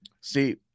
See